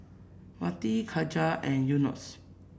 Wati Khadija and Yunos